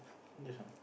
this one